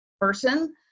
person